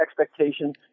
expectations